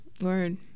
Word